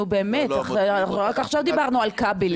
נו באמת, אנחנו רק עכשיו דיברנו על כבלים.